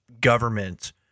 government